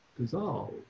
dissolve